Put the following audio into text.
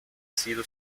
sido